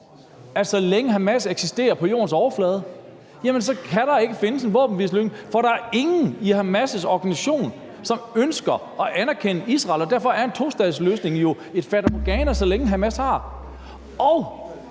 så længe Hamas eksisterer på jordens overflade, ikke kan findes en våbenhvileløsning. For der er ingen i Hamas' organisation, som ønsker at anerkende Israel, og derfor er en tostatsløsning jo et fatamorgana, så længe Hamas har